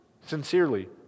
sincerely